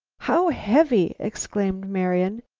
how heavy! exclaimed marian.